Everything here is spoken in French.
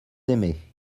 aimés